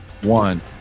one